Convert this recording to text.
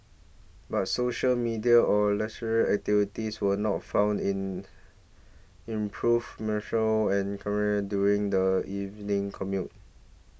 but social media or leisure activities were not found in improve and during the evening commute